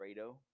Fredo